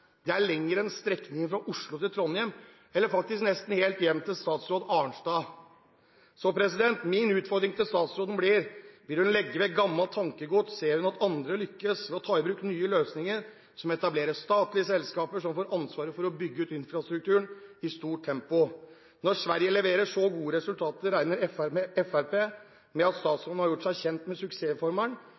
fra Oslo til Trondheim, eller faktisk nesten helt hjem til statsråd Arnstad. Min utfordring til statsråden blir: Vil hun legge vekk gammelt tankegods, og ser hun at andre lykkes ved å ta i bruk nye løsninger som å etablere statlige selskaper som får ansvaret for å bygge ut infrastrukturen i stort tempo? Når Sverige leverer så gode resultater, regner Fremskrittspartiet med at statsråden har gjort seg kjent med suksessformelen.